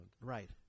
Right